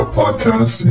podcast